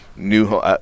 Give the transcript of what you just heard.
new